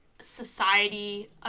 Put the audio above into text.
society